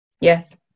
Yes